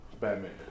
Batman